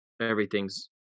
everything's